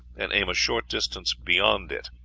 and aim a short distance beyond it.